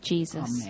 Jesus